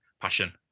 passion